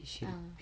ah